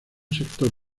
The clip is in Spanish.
sector